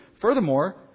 Furthermore